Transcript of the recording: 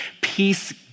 peace